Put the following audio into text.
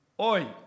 Oi